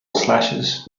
slashes